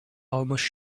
almost